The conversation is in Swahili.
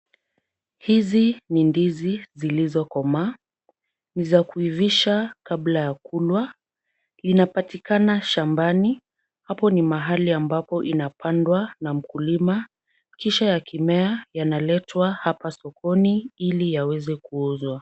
Hizi ni ndizi zilizo komaa. Ni za kuivisha kabla ya kulwa. Linapatikana shambani hapo ni mahali ambapo inapandwa na mkulima kisha yakimea yanaletwa hapa sokoni ili yaweze kuuzwa.